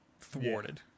thwarted